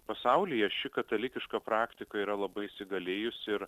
pasaulyje ši katalikiška praktika yra labai įsigalėjusi ir